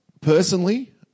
personally